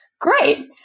Great